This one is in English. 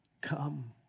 Come